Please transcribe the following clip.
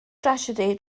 drasiedi